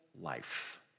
life